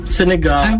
Senegal